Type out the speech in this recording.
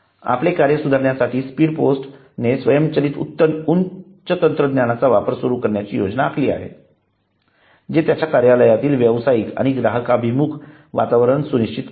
आपले कार्य सुधारण्यासाठी स्पीड पोस्टने स्वयंचलित उच्च तंत्रद्यानाचा वापर सुरू करण्याची योजना आखली आहे जे त्याच्या कार्यालयातील व्यावसायिक आणि ग्राहकांभिमुख वातावरण सुनिश्चित करेल